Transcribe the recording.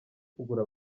kugura